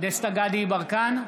דסטה גדי יברקן,